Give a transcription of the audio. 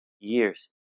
years